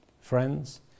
friends